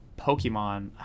Pokemon